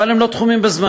אבל הם לא תחומים בזמן.